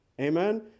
Amen